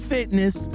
Fitness